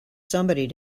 somebody